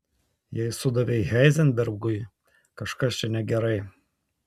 jei sudavei heizenbergui kažkas čia negerai